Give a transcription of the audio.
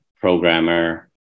programmer